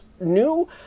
new